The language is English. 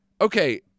okay